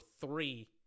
three